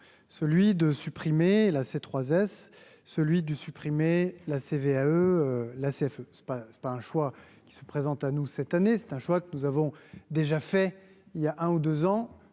celui de supprimer la c'est 3 S : celui du supprimer la CVAE la CFE-c'est pas, c'est pas un choix qui se présentent à nous, cette année, c'est un choix que nous avons déjà fait il y a un ou 2 ans,